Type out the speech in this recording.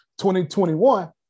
2021